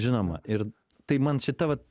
žinoma ir tai man šita vat